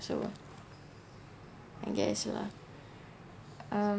so I guess lah